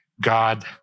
God